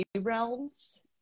realms